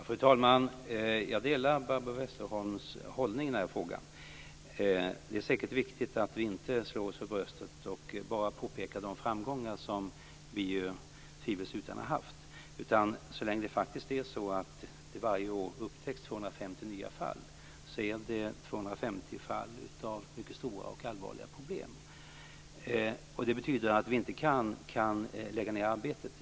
Fru talman! Jag delar Barbro Westerholms hållning i den här frågan. Det är säkert viktigt att vi inte slår oss för bröstet och bara påpekar de framgångar som vi tvivelsutan har haft. Så länge det varje år upptäcks 250 nya fall, är det 250 fall av mycket stora och allvarliga problem. Det betyder att vi inte kan lägga ned arbetet.